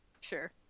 Sure